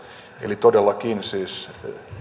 eli todellakin siis jäät